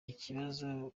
ikibazo